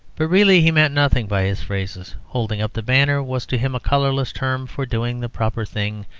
but really he meant nothing by his phrases. holding up the banner was to him a colourless term for doing the proper thing,